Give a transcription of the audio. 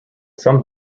some